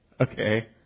okay